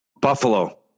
Buffalo